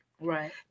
Right